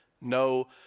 no